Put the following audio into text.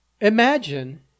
imagine